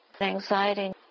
anxiety